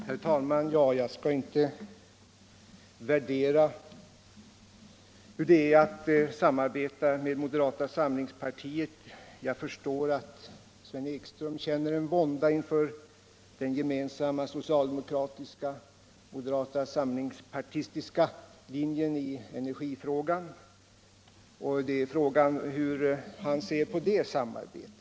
Herr talman! Jag skall inte göra någon värdering av hur det är att samarbeta med moderata samlingspartiet. Jag förstår att Sven Ekström känner vånda inför den gemensamma socialdemokratiska-moderata samlingspartistiska linjen i energifrågan. Frågan är hur han ser på det samarbetet.